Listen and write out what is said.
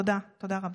תודה רבה.